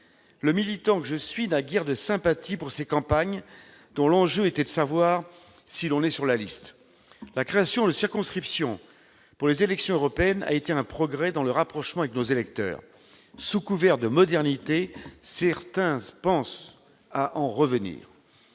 Le militant que je suis n'a guère de sympathie pour ces campagnes, dont l'enjeu était de savoir si l'on figurait sur la liste ... La création de circonscriptions pour les élections européennes a été un progrès dans le rapprochement avec nos électeurs. Sous couvert de modernité, certains songent pourtant à revenir